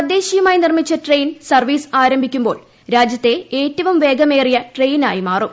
തദ്ദേശീയമായി നിർമ്മിച്ച train service ആരംഭിക്കുമ്പോൾ രാജ്യത്തെ ഏറ്റവും വേഗമേറിയ ട്രെയിനായി മാറും